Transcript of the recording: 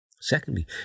Secondly